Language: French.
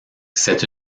c’est